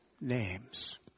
names